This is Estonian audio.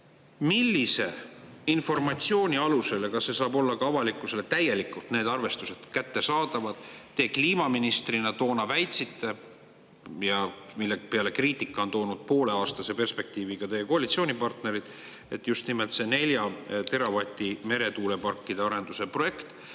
Millise informatsiooni alusel – ja kas need arvestused [võiks] olla ka avalikkusele täielikult kättesaadavad? – te kliimaministrina toona väitsite – ja mille peale kriitika on toonud pooleaastase perspektiiviga teie koalitsioonipartnerid –, et just nimelt nelja teravatise meretuulepargi arenduse projekt,